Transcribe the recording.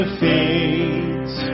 fades